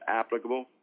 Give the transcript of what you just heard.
applicable